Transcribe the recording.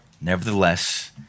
Nevertheless